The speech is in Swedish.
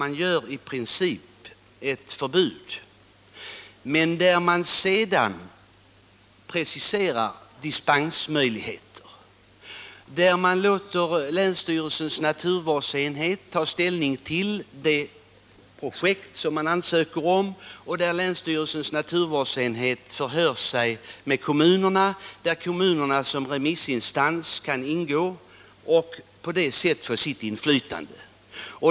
Man inför i princip ett förbud men preciserar sedan dispensmöjligheter, låter länsstyrelsens naturvårdsenhet ta ställning till de projekt för vilka ansökningar inlämnas. Länsstyrelsens naturvårdsenhet förhör sig med kommunerna, vilka kan ingå som remissinstans och på det sättet få sitt inflytande.